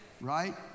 Right